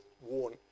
warn